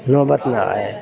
نوبت نہ آئے